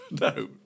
No